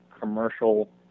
commercial